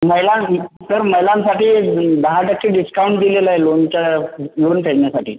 महिला सर महिलांसाठी दहा टक्के डिस्काऊंट दिलेला आहे लोनच्या लोन फेडण्यासाठी